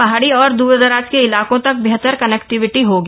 पहाड़ी और द्रदराज के इलाकों तक बेहतर कनेक्टिविटी होगी